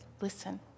listen